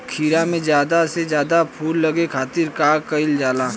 खीरा मे ज्यादा से ज्यादा फूल लगे खातीर का कईल जाला?